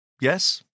yes